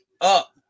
up